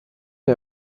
der